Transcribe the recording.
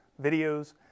videos